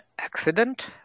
accident